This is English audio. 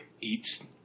eats